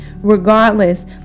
regardless